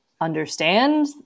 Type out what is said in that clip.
understand